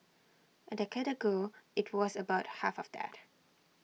A decade ago IT was about half of that